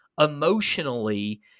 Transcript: emotionally